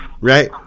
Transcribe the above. right